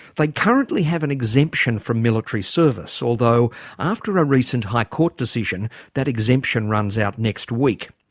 like currently have an exemption from military service although after a recent high court decision that exemption runs out next week.